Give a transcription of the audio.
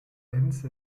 hinze